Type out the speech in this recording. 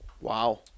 Wow